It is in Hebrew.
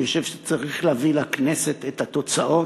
אני חושב שצריך להביא לכנסת את התוצאות.